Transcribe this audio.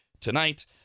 tonight